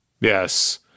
Yes